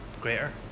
greater